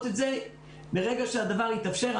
לגבי פשיטות רגל.